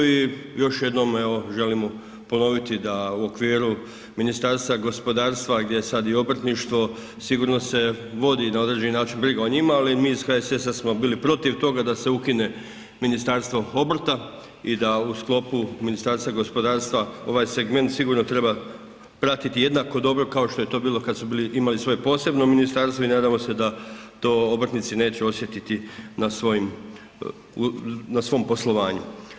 I još jednom želim ponoviti da u okviru Ministarstva gospodarstva gdje je i sada obrtništvo sigurno se vodi na određeni način briga o njima, ali mi iz HSS-a smo bili protiv toga da se ukine ministarstvo obrta i da u sklopu Ministarstva gospodarstva ovaj segment sigurno treba pratiti jednako dobro kao što je to bilo kada su imali svoje posebno ministarstvo i nadamo se da to obrtnici neće osjetiti na svom poslovanju.